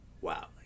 wow